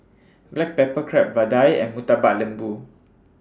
Black Pepper Crab Vadai and Murtabak Lembu